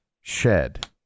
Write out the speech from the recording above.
shed